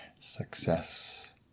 Success